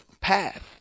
path